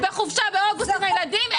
בחופשה באוגוסט עם הילדים?